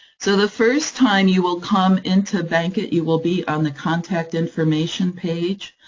so the first time you will come into bankit, you will be on the contact information page.